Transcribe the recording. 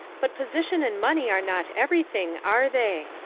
but position and money are not everything, are they?